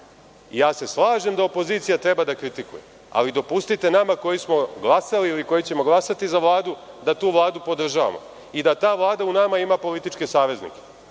Slažem se da opozicija treba da kritikuje, ali dopustite nama koji smo glasali ili koji ćemo glasati za Vladu, da tu Vladu podržavamo i da ta Vlada ima u nama političke saveznike.